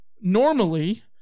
normally